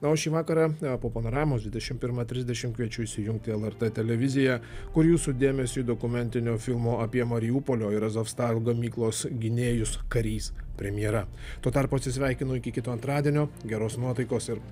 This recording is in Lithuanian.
na o šį vakarą po panoramos dvidešim pirmą trisdešim kviečiu įsijungti lrt televiziją kur jūsų dėmesiui dokumentinio filmo apie mariupolio ir azovstal gamyklos gynėjus karys premjera tuo tarpu atsisveikinu iki kito antradienio geros nuotaikos ir